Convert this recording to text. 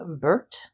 Bert